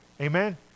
Amen